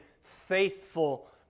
faithful